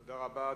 תודה רבה.